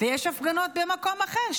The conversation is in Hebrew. יש הפגנות במקום אחר,